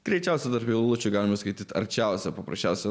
greičiausia dar vilučiui galima skaityti arčiausia paprasčiausia